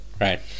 Right